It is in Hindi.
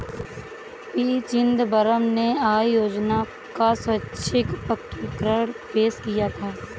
पी चिदंबरम ने आय योजना का स्वैच्छिक प्रकटीकरण पेश किया था